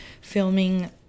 filming